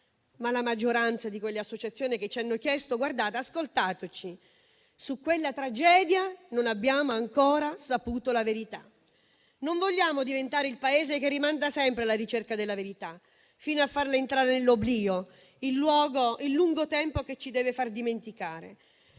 ma la maggioranza di quelle associazioni ci ha chiesto di essere ascoltata. Su quella tragedia non abbiamo ancora saputo la verità. Non vogliamo diventare il Paese che rimanda sempre la ricerca della verità fino a farla entrare nell'oblio, il lungo tempo che ci deve far dimenticare.